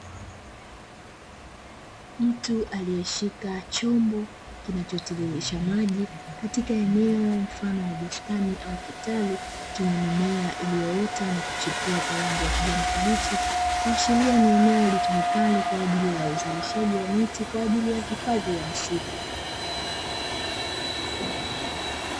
Mtu aliyeshika chombo kinachotiririsha maji, katika eneo mfano wa bustani au kitalu chenye mimea iliyoota na kuchipua kwa rangi ya kijani kibichi, kuashiria ni eneo litumikalo kwa ajili ya uzalishaji wa miti kwa ajili ya hifadhi ya misitu.